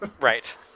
Right